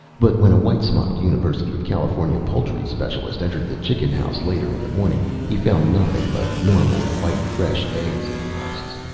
but when a white-smocked university of california poultry specialist entered the chicken house later in the morning, he found nothing but normal, white fresh eggs in the nests.